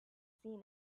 seen